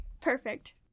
Perfect